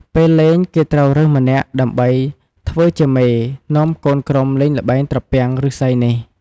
ពេលលែង គេត្រូវរើសម្នាក់ ដើម្បីធ្វើជាមេ នាំកូនក្រុមលេងល្បែងត្រពាំងឬស្សីនេះ។